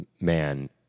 man